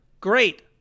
Great